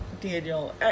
Daniel